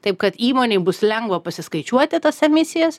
taip kad įmonei bus lengva pasiskaičiuoti tas emisijas